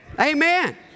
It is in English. Amen